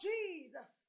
Jesus